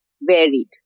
varied